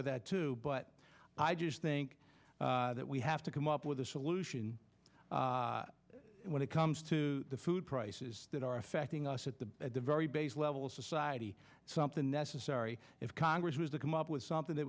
with that too but i just think that we have to come up with a solution when it comes to the food prices that are affecting us at the at the very base level of society something necessary if congress was to come up with something th